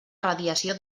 radiació